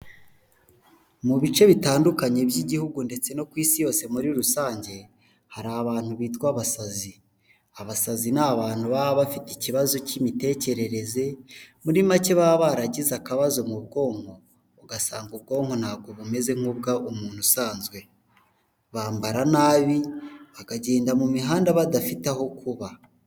Mu bice bitandukanye by'igihugu ndetse no ku isi yose muri rusange hari abantu bitwa abasazi. Abasazi ni abantu baba bafite ikibazo cy'imitekerereze muri make baba baragize akabazo mu bwonko, ugasanga ubwonko ntabwo bumeze nk'ubw'umuntu usanzwe. Bambara nabi bakagenda mu mihanda badafite aho kuba.